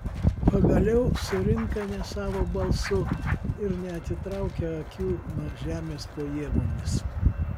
pagaliau surinka ne savo balsu ir neatitraukia akių nuo žemės po ievomis